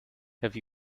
have